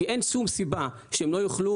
כי אין שום סיבה שהם לא יוכלו,